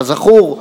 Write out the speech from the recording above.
כזכור,